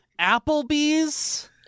Applebee's